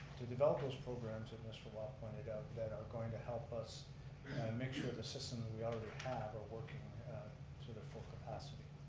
to develop those program that mr. watt pointed out that are going to help us make sure the system and we already have are working to the full capacity.